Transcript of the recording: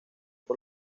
por